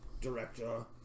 director